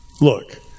Look